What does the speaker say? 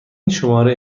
شماره